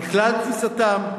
על כלל תפיסתם,